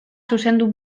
zuzendu